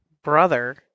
brother